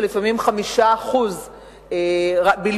לפעמים של 5% בלבד,